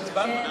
הצבענו.